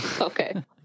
okay